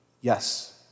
yes